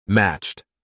Matched